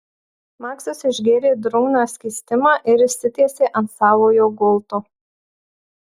maksas išgėrė drungną skystimą ir išsitiesė ant savojo gulto